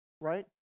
right